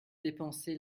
dépenser